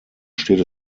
steht